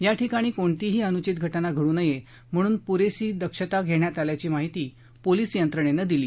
याठिकाणी कोणतीही अनूचित घटना घडू नये म्हणून पुरेशी दक्षता घेण्यात आल्याची माहिती पोलिस यंत्रणेनं दिली